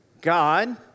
God